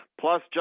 plus